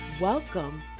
Welcome